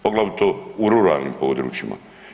Poglavito u ruralnim područjima.